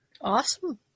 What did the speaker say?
Awesome